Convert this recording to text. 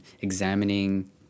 examining